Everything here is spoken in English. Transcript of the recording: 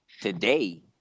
today